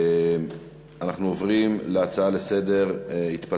נעבור להצעות לסדר-היום מס' 886,